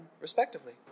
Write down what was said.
respectively